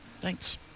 Thanks